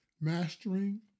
mastering